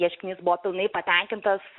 ieškinys buvo pilnai patenkintas